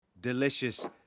Delicious